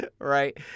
Right